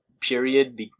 period